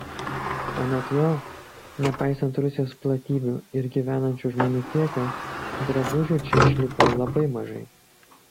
anot jo nepaisant rusijos platybių ir gyvenančių žmonių kiekio drabužių čia išliko labai mažai